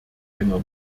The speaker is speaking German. einer